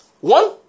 One